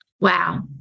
Wow